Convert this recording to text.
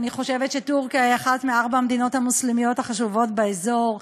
אני חושבת שטורקיה היא אחת מארבע המדינות המוסלמיות החשובות באזור.